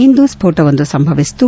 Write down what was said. ಇಂದು ಸ್ಕೋಟವೊಂದು ಸಂಭವಿಸಿದ್ದು